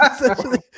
essentially